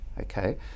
Okay